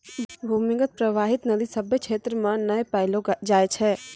भूमीगत परबाहित नदी सभ्भे क्षेत्रो म नै पैलो जाय छै